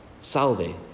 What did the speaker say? salve